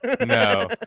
no